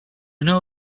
know